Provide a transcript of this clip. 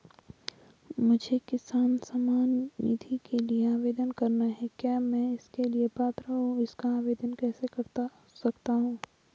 मुझे किसान सम्मान निधि के लिए आवेदन करना है क्या मैं इसके लिए पात्र हूँ इसका आवेदन कैसे कर सकता हूँ?